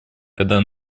когда